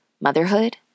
motherhood